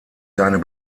seine